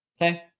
Okay